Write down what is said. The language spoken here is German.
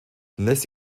lässt